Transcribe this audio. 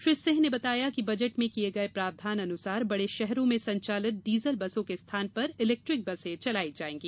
श्री सिंह ने बताया कि बजट में किये गये प्रावधान अनुसार बड़े शहरों में संचालित डीजल बसों के स्थान पर इलेक्ट्रिक बसें चलाई जायेंगी